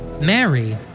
Mary